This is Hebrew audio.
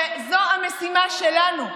וזו המשימה שלנו.